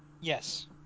Yes